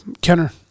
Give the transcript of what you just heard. kenner